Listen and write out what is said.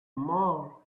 more